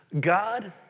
God